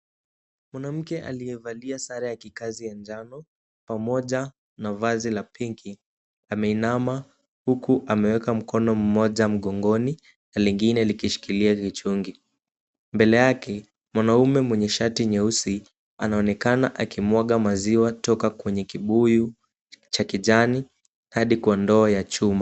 Mwanamke aliyevalia sare ya kikazi ya njano pamoja na vazi la pinki , ameinama huku ameweka mkono mmoja mgongoni na lingine likishikilia kichungi. Mbele yake, mwanamume mwenye shati nyeusi anaonekana akimwaga maziwa kutoka kwenye kibuyu cha kijani, hadi kwa ndoo ya chuma.